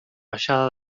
baixada